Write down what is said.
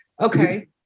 okay